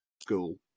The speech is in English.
school